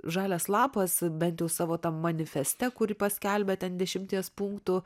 žalias lapas bent jau savo manifeste kurį paskelbė ten dešimties punktų